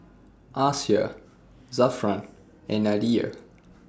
Aisyah Zafran and Nadia